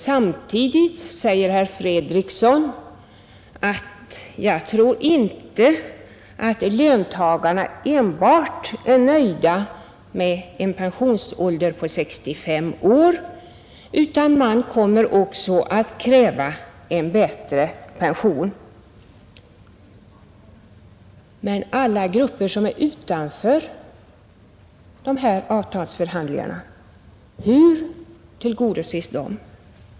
Samtidigt säger herr Fredriksson att han inte tror att löntagarna är nöjda enbart med en pensionsålder på 65 år utan att de också kommer att kräva en bättre pension. Men hur tillgodoses alla de grupper som står utanför avtalsförhandlingarna?